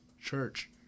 church